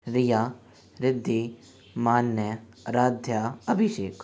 Riya Riddhi Manya Aradhya Abhishek